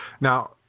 Now